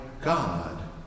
God